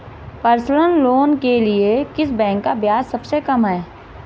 Personal loan के लिए किस बैंक का ब्याज सबसे कम है?